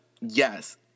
yes